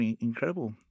incredible